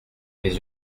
les